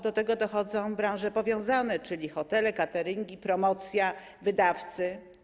Do tego dochodzą branże powiązane, czyli hotele, cateringi, promocja, wydawcy.